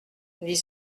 dit